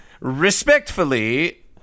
respectfully